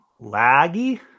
Laggy